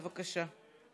בבקשה.